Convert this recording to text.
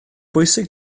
bwysig